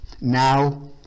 now